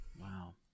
Wow